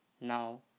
now